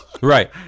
Right